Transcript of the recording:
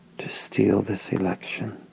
to steal the so election.